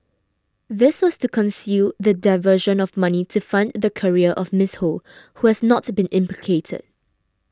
this was to conceal the diversion of money to fund the career of Miss Ho who has not been implicated